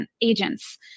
agents